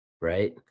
Right